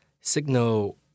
signal